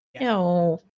No